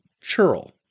churl